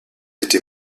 été